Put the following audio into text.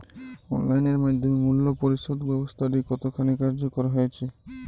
Online এর মাধ্যমে মূল্য পরিশোধ ব্যাবস্থাটি কতখানি কার্যকর হয়েচে?